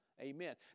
Amen